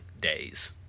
days